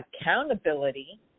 accountability